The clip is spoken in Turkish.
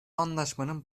anlaşmanın